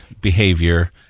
behavior